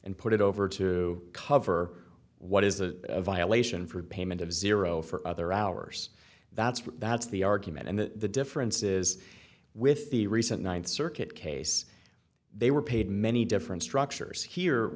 and put it over to cover what is a violation for repayment of zero for other hours that's what that's the argument and the difference is with the recent ninth circuit case they were paid many different structures here